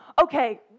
okay